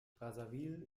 brazzaville